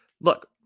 look